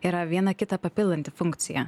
yra vieną kitą papildanti funkcija